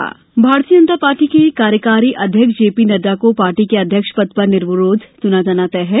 भाजपा अध्यक्ष भारतीय जनता पार्टी के कार्यकारी अध्यक्ष जेपी नड्डा को पार्टी के अध्यक्ष पद पर निर्विरोध चुना जाना तय है